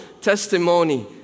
testimony